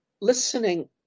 listening